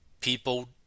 people